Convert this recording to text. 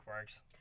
works